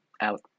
out